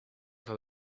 from